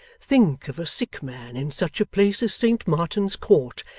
think of a sick man in such a place as saint martin's court,